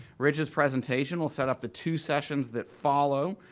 rich's presentation will set up the two sessions that follow.